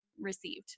received